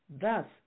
Thus